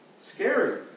scary